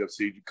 UFC